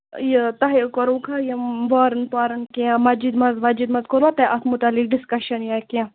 یہِ توہے کوٚرُکھ نا یِم وارٕنۍ پارٕنۍ کیٚنٛہہ مَسجِد منٛز وَسجِد منٛز کوٚروا تۄہہِ اَتھ مُتعلِق ڈِسکَشن یا کیٚنٛہہ